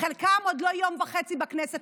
חלקם עוד לא יום וחצי בכנסת,